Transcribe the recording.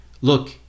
look